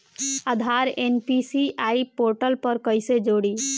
आधार NPCI portal पर कईसे जोड़ी?